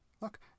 Look